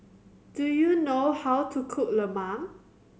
do you know how to cook lemang